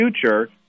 future